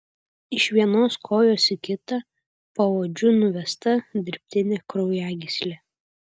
iš vienos kojos į kitą paodžiu nuvesta dirbtinė kraujagyslė